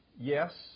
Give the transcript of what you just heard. yes